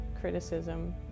criticism